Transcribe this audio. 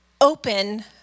open